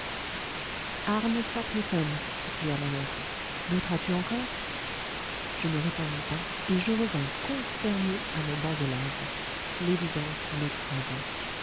arne saknussemm s'écria mon oncle douteras tu encore je ne répondis pas et je revins consterné à mon banc de lave l'évidence m'écrasait